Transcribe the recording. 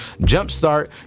Jumpstart